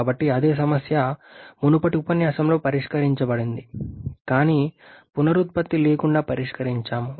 కాబట్టి అదే సమస్య మునుపటి ఉపన్యాసంలో పరిష్కరించబడింది కానీ పునరుత్పత్తి లేకుండా పరిష్కరించాము